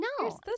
No